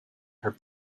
her